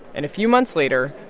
and a few months later,